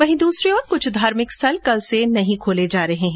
वहीं दूसरी ओर कुछ धार्मिक स्थल कल से नहीं खोले जा रहे हैं